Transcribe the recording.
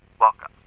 Welcome